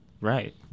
Right